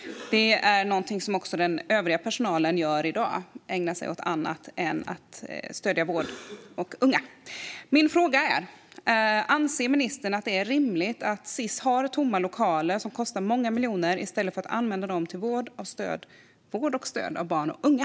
Även den övriga personalen ägnar sig åt något annat än stöd till och vård av unga. Anser ministern att det är rimligt att Sis har tomma lokaler som kostar många miljoner i stället för att de används för vård av och stöd till barn och unga?